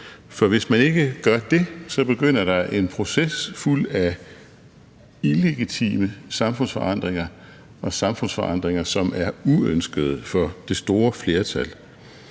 for hvis man ikke gør det, begynder der en proces fuld af illegitime samfundsforandringer og samfundsforandringer, som er uønskede for det store flertal.